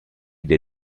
dei